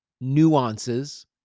nuances